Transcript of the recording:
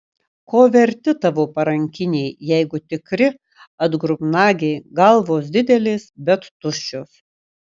ko verti tavo parankiniai jeigu tikri atgrubnagiai galvos didelės bet tuščios